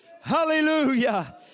Hallelujah